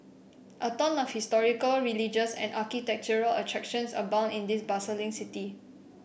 a ton of historical religious and architectural attractions abound in this bustling city